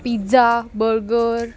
pizza burger